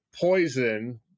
Poison